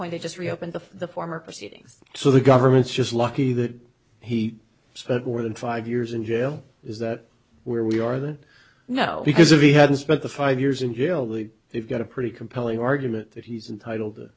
point it just reopened to the former proceedings so the government's just lucky that he spent more than five years in jail is that where we are the know because if he hadn't spent the five years in jail that they've got a pretty compelling argument that he's entitled to